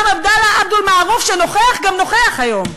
גם עבדאללה אבו מערוף שנוכח גם נוכח היום.